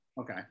Okay